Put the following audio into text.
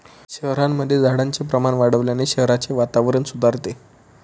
शहरांमध्ये झाडांचे प्रमाण वाढवल्याने शहराचे वातावरण सुधारते